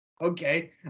Okay